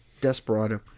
Desperado